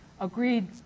agreed